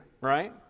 right